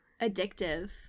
addictive